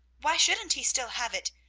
why shouldn't he still have it?